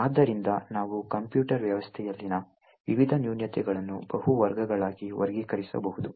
ಆದ್ದರಿಂದ ನಾವು ಕಂಪ್ಯೂಟರ್ ವ್ಯವಸ್ಥೆಯಲ್ಲಿನ ವಿವಿಧ ನ್ಯೂನತೆಗಳನ್ನು ಬಹು ವರ್ಗಗಳಾಗಿ ವರ್ಗೀಕರಿಸಬಹುದು